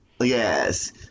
Yes